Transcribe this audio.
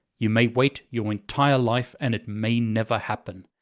you may wait your entire life and it may never happen.